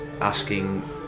asking